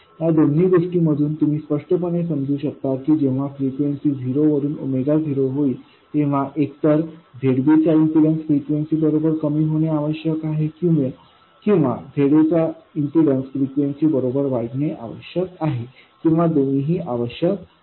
या दोन गोष्टींमधून तुम्ही स्पष्टपणे समजू शकता की जेव्हा फ्रिक्वेन्सी झिरो वरुन 0 होईल तेव्हा एकतर Zbचा इम्पीडन्स फ्रिक्वेन्सी बरोबर कमी होणे आवश्यक आहे किंवा Zaचा इम्पीडन्स फ्रिक्वेन्सी बरोबर वाढणे आवश्यक आहे किंवा दोन्हीही आवश्यक आहे